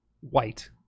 white